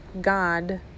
god